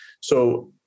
so-